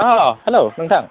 अ hello नोंथां